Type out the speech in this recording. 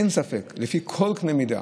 אין ספק, ולפי כל קנה מידה,